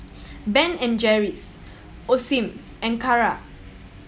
Ben and Jerry's Osim and Kara